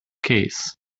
case